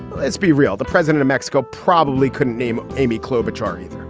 let's be real. the president of mexico probably couldn't name amy klobuchar either.